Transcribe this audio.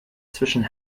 zwischen